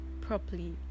properly